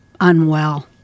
unwell